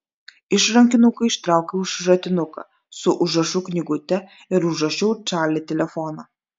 iš rankinuko ištraukiau šratinuką su užrašų knygute ir užrašiau čarli telefoną